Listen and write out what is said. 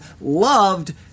loved